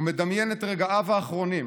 ומדמיין את רגעיו האחרונים